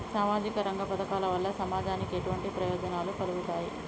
సామాజిక రంగ పథకాల వల్ల సమాజానికి ఎటువంటి ప్రయోజనాలు కలుగుతాయి?